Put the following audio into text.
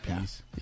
peace